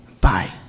bye